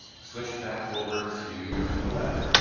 switch back over to the web.